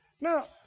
Now